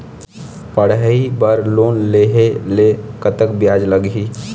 पढ़ई बर लोन लेहे ले कतक ब्याज लगही?